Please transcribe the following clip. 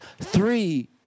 three